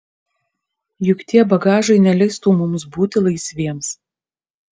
juk tie bagažai neleistų mums būti laisviems